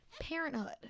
Parenthood